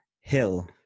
Hill